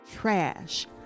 trash